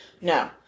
No